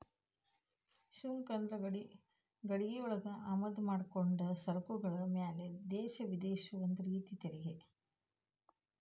ಸುಂಕ ಅಂದ್ರ ಗಡಿಯೊಳಗ ಆಮದ ಮಾಡ್ಕೊಂಡ ಸರಕುಗಳ ಮ್ಯಾಲೆ ದೇಶ ವಿಧಿಸೊ ಒಂದ ರೇತಿ ತೆರಿಗಿ